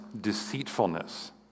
deceitfulness